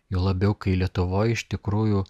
juo labiau kai lietuvoj iš tikrųjų